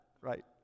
right